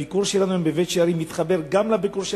הביקור שלנו היום בבית-שערים מתחבר גם לביקור של